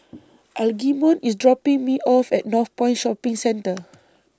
Algernon IS dropping Me off At Northpoint Shopping Centre